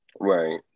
right